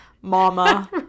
mama